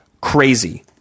crazy